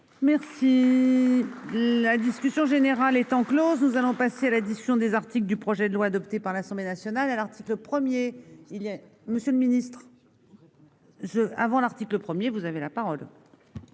Merci. La discussion générale étant Close, nous allons passer à la discussion des articles du projet de loi adopté par l'Assemblée nationale